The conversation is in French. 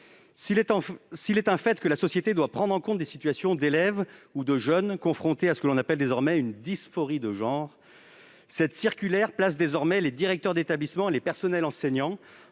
S'il est un fait que la société doit prendre en compte des situations d'élèves ou de jeunes confrontés à ce que l'on appelle désormais une dysphorie de genre, cette circulaire place désormais les directeurs d'établissement et les personnels enseignants